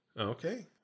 Okay